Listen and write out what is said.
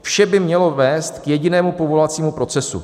Vše by mělo vést k jedinému povolovacímu procesu.